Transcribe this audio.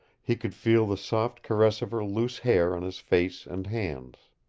he could feel the soft caress of her loose hair on his face and hands.